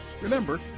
Remember